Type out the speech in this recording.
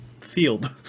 field